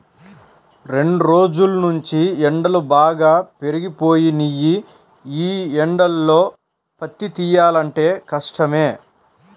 రెండ్రోజుల్నుంచీ ఎండలు బాగా పెరిగిపోయినియ్యి, యీ ఎండల్లో పత్తి తియ్యాలంటే కష్టమే